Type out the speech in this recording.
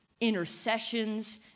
intercessions